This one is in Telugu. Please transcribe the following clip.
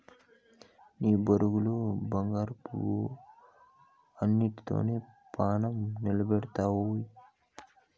నీ బొరుగులు బంగారమవ్వు, ఆటితోనే పానం నిలపతండావ్